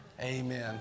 Amen